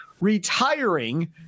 retiring